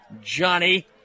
Johnny